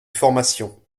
formation